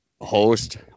host